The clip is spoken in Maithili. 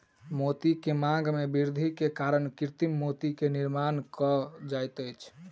मोती के मांग में वृद्धि के कारण कृत्रिम मोती के निर्माण कयल जाइत अछि